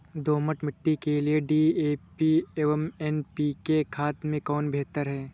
दोमट मिट्टी के लिए डी.ए.पी एवं एन.पी.के खाद में कौन बेहतर है?